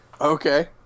Okay